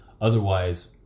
Otherwise